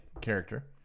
character